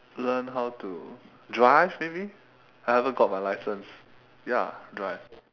learn how to drive maybe I haven't got my license ya drive